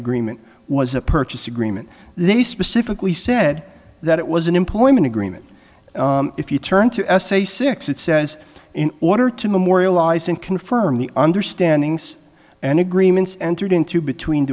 agreement was a purchase agreement they specifically said that it was an employment agreement if you turn to say six it says in order to memorialize and confirm the understandings and agreements entered into between